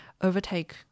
overtake